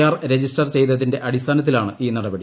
R register ചെയ്തതിന്റെ അടിസ്ഥാനത്തിലാണ് ഈ നടപടി